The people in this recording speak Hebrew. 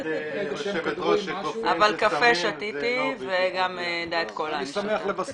אבל קפה שתיתי וגם דיאט קולה אני שותה.